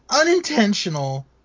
unintentional